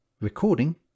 Recording